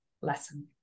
lesson